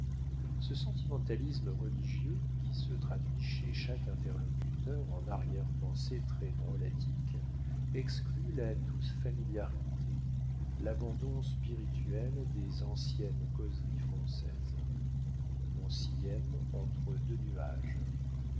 ce sentimentalisme religieux qui se traduit chez chaque interlocuteur en arrière-pensées très drôlatiques exclut la douce familiarité l'abandon spirituel des anciennes causeries françaises on s'y aime entre deux nuages